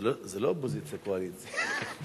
זה לא אופוזיציה קואליציה.